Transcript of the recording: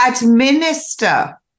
administer